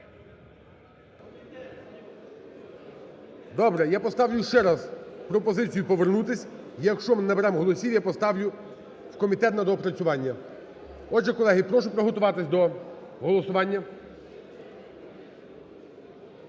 Добре. Я поставлю ще раз пропозицію повернутись. Якщо ми не наберемо голоси, я поставлю в комітет на доопрацювання. Отже, колеги, прошу приготуватись до голосування.